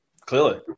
Clearly